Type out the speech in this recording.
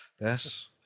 yes